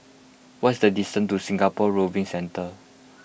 what is the distance to Singapore Rowing Centre